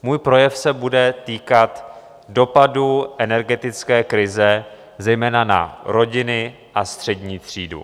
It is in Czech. Můj projev se bude týkat dopadu energetické krize zejména na rodiny a střední třídu.